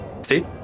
See